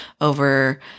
over